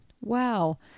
wow